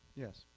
yes?